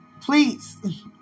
Please